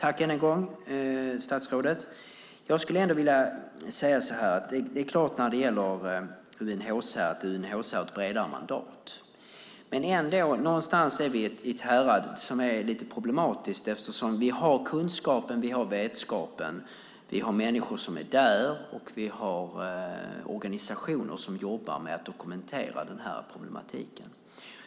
Fru talman! Jag tackar än en gång statsrådet. Det är klart att UNHCR har ett bredare mandat. Men vi är i ett härad som är lite problematiskt, eftersom vi har kunskapen, vetskapen, människor som är där och organisationer som jobbar med att dokumentera den här problematiken.